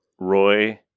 Roy